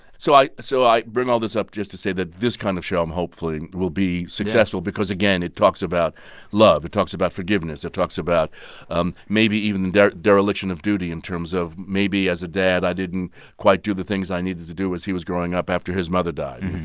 so so i bring all this up just to say that this kind of show, i'm hoping, will be successful because, again, it talks about love. it talks about forgiveness. it talks about um maybe even and dereliction of duty in terms of, maybe as a dad, i didn't quite do the things i needed to do as he was growing up after his mother died.